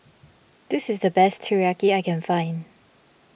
this is the best Teriyaki I can find